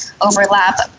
overlap